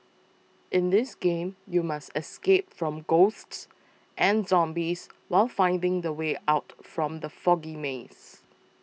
in this game you must escape from ghosts and zombies while finding the way out from the foggy maze